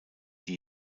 die